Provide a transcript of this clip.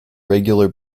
regular